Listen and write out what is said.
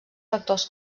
factors